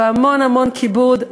והמון המון כיבוד,